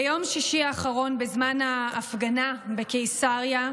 ביום שישי האחרון, בזמן ההפגנה בקיסריה,